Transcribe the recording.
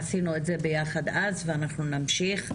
עשינו את זה ביחד אז ואנחנו נמשיך.